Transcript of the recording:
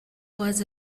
was